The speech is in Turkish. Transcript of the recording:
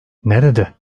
nerede